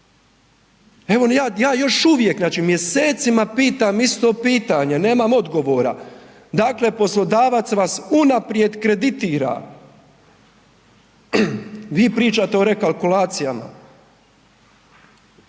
Evo, ja, još uvijek mjesecima pitam isto pitanje, nemam odgovora. Dakle, poslodavac vas unaprijed kreditira. Vi pričate o rekalkulacijama.